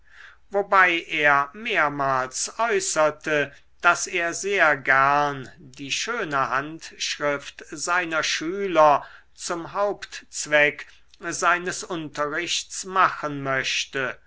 wobei er mehrmals äußerte daß er sehr gern die schöne handschrift seiner schüler zum hauptzweck seines unterrichts machen möchte